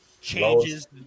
changes